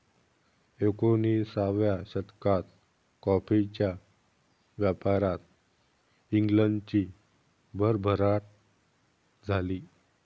एकोणिसाव्या शतकात कॉफीच्या व्यापारात इंग्लंडची भरभराट झाली